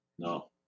No